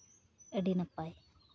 ᱟᱹᱰᱤ ᱱᱟᱯᱟᱭ